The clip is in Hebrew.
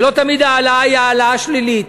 ולא תמיד העלאה היא העלאה שלילית.